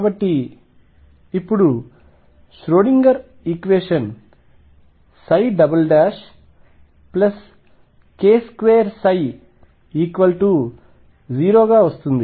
కాబట్టి ఇప్పుడు Schrodinger equation k2ψ0 గా వస్తుంది